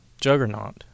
juggernaut